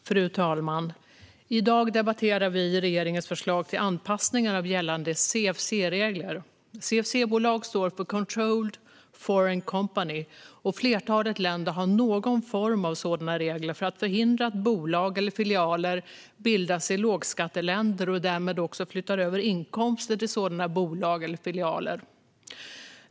Fru talman! I dag debatterar vi regeringens förslag till anpassningar av gällande CFC-regler. CFC står för controlled foreign company, och flertalet länder har någon form av sådana regler för att förhindra att bolag eller filialer bildas i lågskatteländer och därmed också att inkomster flyttas över till sådana bolag eller filialer.